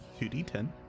2d10